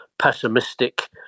Pessimistic